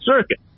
Circuit